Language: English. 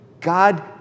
God